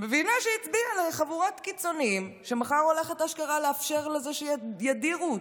מבינה שהיא הצביעה לחבורת קיצוניים שמחר הולכת אשכרה לאפשר שידירו אותה.